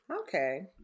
Okay